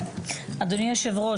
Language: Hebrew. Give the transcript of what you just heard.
אדוני יושב הראש,